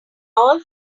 all